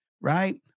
right